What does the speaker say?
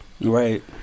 Right